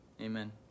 Amen